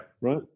Right